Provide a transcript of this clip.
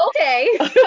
Okay